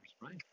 right